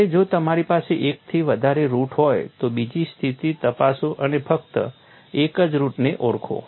માટે જો તમારી પાસે એકથી વધારે રુટ હોય તો બીજી સ્થિતિ તપાસો અને ફક્ત એક જ રુટને ઓળખો